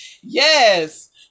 Yes